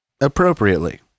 appropriately